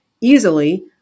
easily